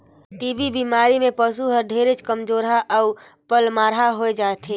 TB बेमारी में पसु हर ढेरे कमजोरहा अउ पलमरहा होय जाथे